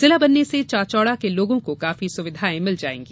जिला बनने से चाचौड़ा के लोगों को काफी सुविधाएं मिल जाएंगी